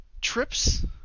trips